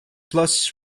plus